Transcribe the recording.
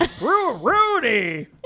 Rudy